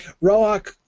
Roach